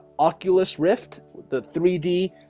oculus rift with the three d